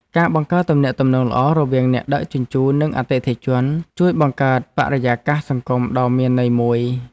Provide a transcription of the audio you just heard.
ការបង្កើតទំនាក់ទំនងល្អរវាងអ្នកដឹកជញ្ជូននិងអតិថិជន ជួយបង្កើតបរិយាកាសសង្គមដ៏មានន័យមួយ។